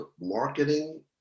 marketing